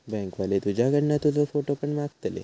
bank वाले तुझ्याकडना तुजो फोटो पण मागतले